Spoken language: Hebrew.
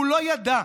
הוא לא ידע.